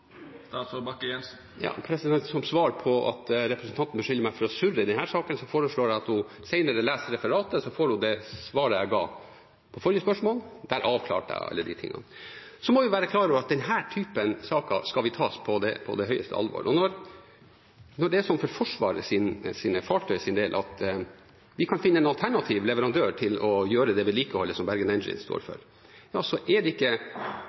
Som svar på at representanten beskylder meg for å surre i denne saken, foreslår jeg at hun senere leser referatet, så får hun det svaret jeg ga på forrige spørsmål. Der avklarte jeg alle de tingene. Så må vi være klar over at denne typen saker skal vi ta på det høyeste alvor. Når det er sånn for Forsvarets fartøys del at vi kan finne en alternativ leverandør til å gjøre det vedlikeholdet som Bergen Engines står for, er det ikke